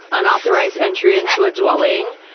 unauthorised entry into a dwelling,